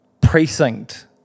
precinct